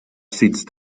sitzt